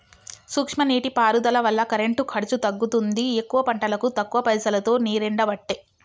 సూక్ష్మ నీటి పారుదల వల్ల కరెంటు ఖర్చు తగ్గుతుంది ఎక్కువ పంటలకు తక్కువ పైసలోతో నీరెండబట్టే